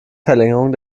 verlängerung